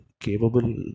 capable